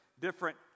different